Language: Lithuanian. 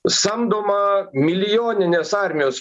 samdoma milijoninės armijos